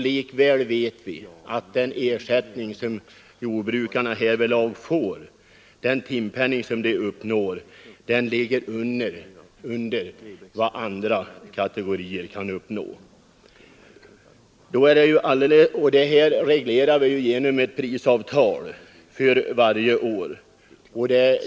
Likväl vet vi att den ersättning som jordbrukarna härvidlag får, den timpenning de uppnår, ligger under vad andra kategorier kan uppnå. Detta reglerar vi genom ett prisavtal för varje år, där ersättningen till jordbrukarna avvägs.